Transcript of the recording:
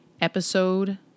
Episode